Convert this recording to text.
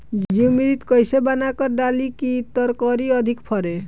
जीवमृत कईसे बनाकर डाली की तरकरी अधिक फरे?